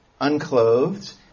unclothed